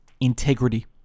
integrity